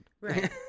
right